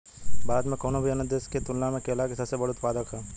भारत कउनों भी अन्य देश के तुलना में केला के सबसे बड़ उत्पादक ह